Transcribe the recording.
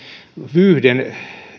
vyyhden